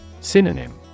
Synonym